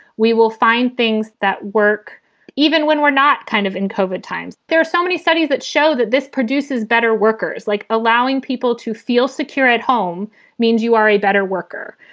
we will find things that work even when we're not kind of in at times. there are so many studies that show that this produces better workers, like allowing people to feel secure at home means you are a better worker.